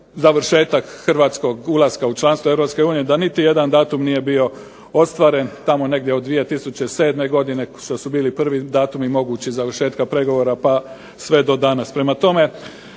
završetak Hrvatskog ulaska u članstvo EU da niti jedan datum nije bio ostvaren, tamo negdje od 2007. godine što su bili prvi datumi mogući završetka pregovora pa sve do danas.